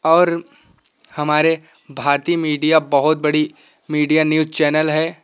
और हमारे भारतीय मीडिया बहुत बड़ी मीडिया न्यूज चैनल है